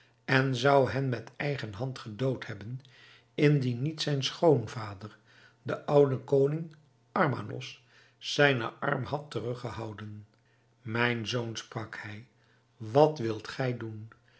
en zou hen met eigen hand gedood hebben indien niet zijn schoonvader de oude koning armanos zijnen arm had teruggehouden mijn zoon sprak hij wat wilt gij doen